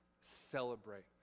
celebrate